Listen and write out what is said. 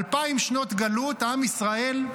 אלפיים שנות גלות עם ישראל,